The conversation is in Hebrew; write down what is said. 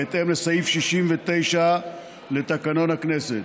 בהתאם לסעיף 69 לתקנון הכנסת.